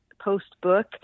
post-book